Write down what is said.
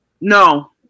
No